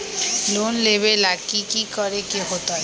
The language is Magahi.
लोन लेबे ला की कि करे के होतई?